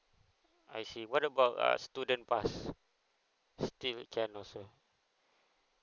I see what about uh student pass still can also